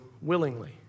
willingly